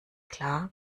klar